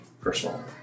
personal